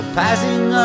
passing